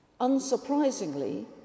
Unsurprisingly